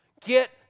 Get